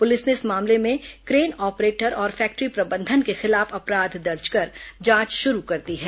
police ने इस मामले में क्रेन ऑपरेटर और फैक्ट्री प्रबंधन के खिलाफ अपराध दर्ज कर जांच शुरू कर दी है